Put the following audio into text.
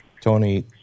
Tony